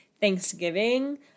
Thanksgiving